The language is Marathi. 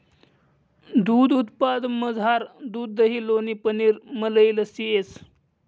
दूध उत्पादनमझार दूध दही लोणी पनीर मलई लस्सी येस